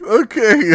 okay